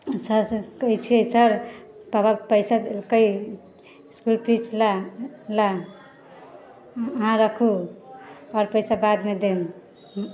सरसँ कहै छियै सर पापा पैसा देलकै से फीस लए लए अहाँ राखू आओर पैसा बादमे देब